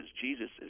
Jesus